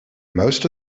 most